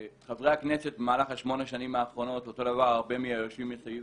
במהלך שמונה השנים האחרונות הרבה מהיושבים סביב